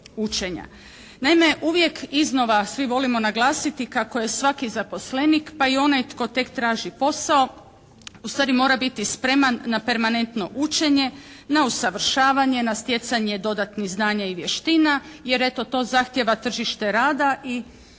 Naime, uvijek iznova svi volimo naglasiti kako je svaki zaposlenik pa i onaj tko tek traži posao ustvari mora biti spreman na permanentno učenje, na usavršavanje, na stjecanje dodatnih znanja i vještina jer eto to zahtjeva tržište rada i